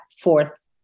fourth